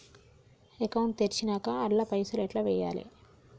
Account తెరిచినాక అండ్ల పైసల్ ఎట్ల వేయాలే?